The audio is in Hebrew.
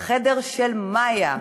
"החדר של מיה".